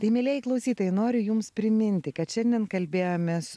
tai mielieji klausytojai noriu jums priminti kad šiandien kalbėjomės